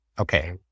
Okay